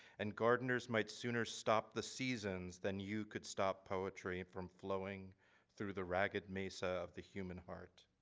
and gardeners might sooner stop the seasons then you could stop poetry from flowing through the ragged mesa of the human heart.